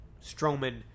Strowman